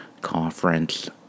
Conference